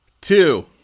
two